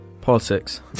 Politics